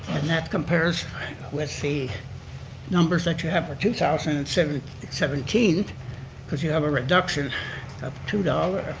and that compares with the numbers that you have for two thousand and seventeen seventeen because you have a reduction of two dollars,